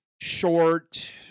short